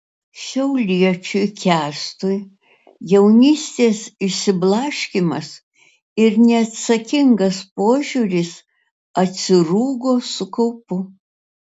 šiauliečiui kęstui jaunystės išsiblaškymas ir neatsakingas požiūris atsirūgo su kaupu